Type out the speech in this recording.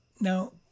Now